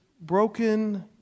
broken